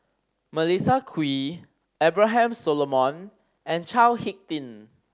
Melissa Kwee Abraham Solomon and Chao Hick Tin